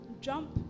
jump